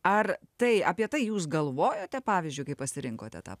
ar tai apie tai jūs galvojote pavyzdžiui kaip pasirinkote tą